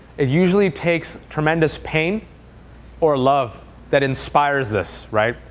it usually takes tremendous pain or love that inspires this, right?